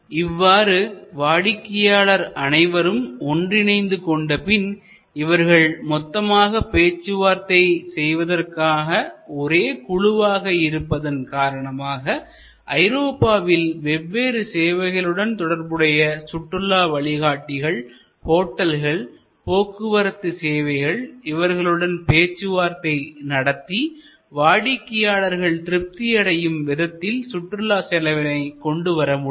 இவ்வாறு வாடிக்கையாளர் அனைவரும் ஒன்றிணைந்து கொண்டபின் இவர்கள் மொத்தமாக பேச்சுவார்த்தை செய்வதற்கான ஒரே குழுவாக இருப்பதன் காரணமாக ஐரோப்பாவில் வெவ்வேறு சேவைகளுடன் தொடர்புடைய சுற்றுலா வழிகாட்டிகள்ஹோட்டல்கள் போக்குவரத்து சேவைகள் இவர்களுடன் பேச்சுவார்த்தை நடத்தி வாடிக்கையாளர்கள் திருப்தி அடையும் விதத்தில் சுற்றுலா செலவினை கொண்டுவரமுடியும்